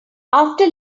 after